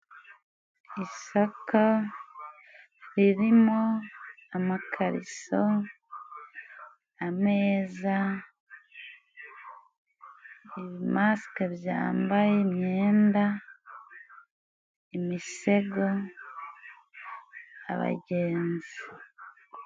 Isoko ririmo amakariso, ameza, ibimasike byambaye imyenda, imisego, abagenzi.